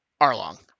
Arlong